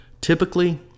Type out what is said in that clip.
Typically